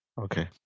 Okay